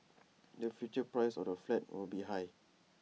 the future price of the flat will be high